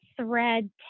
thread